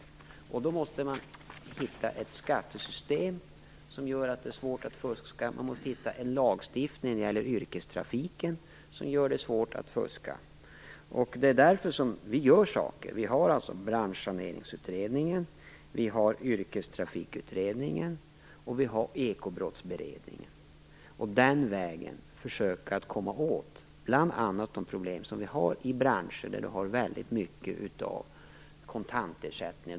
Därför gäller det att hitta ett skattesystem som gör att det blir svårt att fuska. Man måste alltså hitta en lagstiftning för yrkestrafiken som gör det svårt att fuska. Därför gör vi saker. Vi har således tillsatt Branschsaneringsutredningen, Yrkestrafikutredningen och Ekobrottsberedningen för att den vägen försöka komma åt bl.a. de problem som finns i branscher med väldigt mycket av kontantersättning.